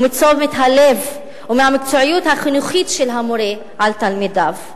מתשומת הלב ומהמקצועיות החינוכית של המורה על תלמידיו,